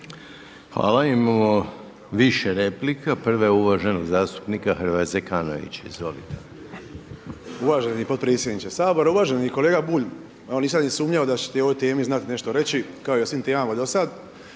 Hvala. Imamo više replika. Prva je uvaženog zastupnika Hrvoja Zekanovića. Izvolite. **Zekanović, Hrvoje (HRAST)** Uvaženi potpredsjedniče Sabora. Uvaženi kolega Bulj, evo nisam ni sumnjao da ćete o ovoj temi znati nešto reći kao i o svim temama do sada,